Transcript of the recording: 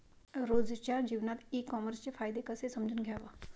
रोजच्या जीवनात ई कामर्सचे फायदे कसे समजून घ्याव?